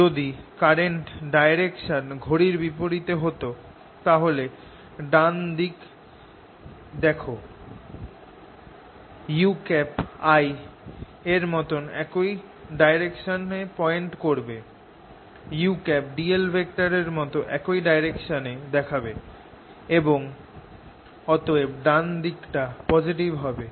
যদি current direction ঘড়ির বিপরিতে হত তাহলে ডান দিকে দেখ u I এর মতন একই ডাইরেকশন পয়েন্ট করবে u dl এর মত একই ডাইরেকশন দেখাবে এবং অতএব ডান দিকটা পজিটিভ হবে